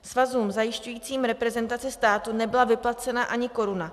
Svazům zajišťujícím reprezentaci státu nebyla vyplacena ani koruna.